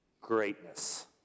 greatness